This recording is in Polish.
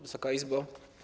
Wysoka Izbo!